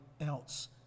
else